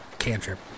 cantrip